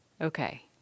Okay